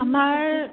আমাৰ